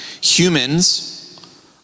Humans